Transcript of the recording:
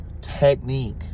technique